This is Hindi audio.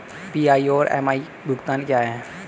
पी.आई और एम.आई भुगतान क्या हैं?